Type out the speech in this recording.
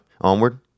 onward